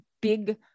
big